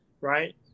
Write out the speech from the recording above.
right